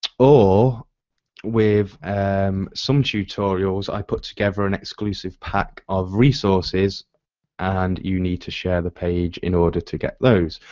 or with and um some tutorials i put together an exclusive pack of resources and you need to share the page in order to get those.